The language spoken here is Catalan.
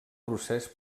procés